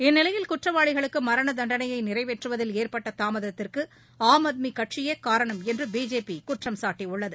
இந்நிலையில் குற்றவாளிகளுக்கு மரண தண்டனையை நிறைவேற்றுவதில் ஏற்பட்ட தாமதத்திற்கு ஆம் ஆத்மி கட்சியே காரணம் என்று பிஜேபி குற்றம்சாட்டியுள்ளது